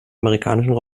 amerikanischen